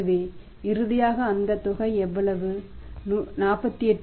எனவே இறுதியாக அந்த தொகை எவ்வளவு 48